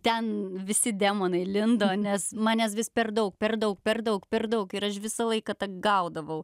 ten visi demonai lindo nes manęs vis per daug per daug per daug per daug ir aš visą laiką tą gaudavau